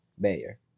Bayer